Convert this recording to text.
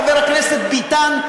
חבר הכנסת ביטן,